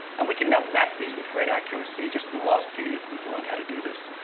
and we can now map these with great accuracy. just in the last few years, we've learned how to do this.